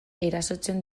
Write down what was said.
erasotzen